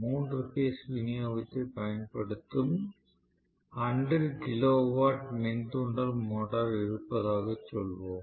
3 phase விநியோகத்தைப் பயன்படுத்தும் 100 kilowatt மின் தூண்டல் மோட்டார் இருப்பதாக சொல்வோம்